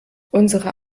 unsere